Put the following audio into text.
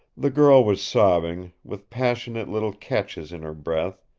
the girl was sobbing, with passionate little catches in her breath,